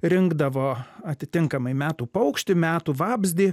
rinkdavo atitinkamai metų paukštį metų vabzdį